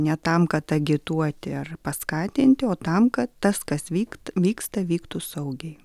ne tam kad agituoti ar paskatinti o tam kad tas kas vykt vyksta vyktų saugiai